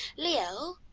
leo,